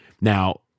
Now